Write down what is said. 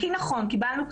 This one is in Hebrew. נכון - קיבלנו כספים.